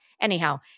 anyhow